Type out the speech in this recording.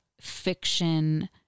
fiction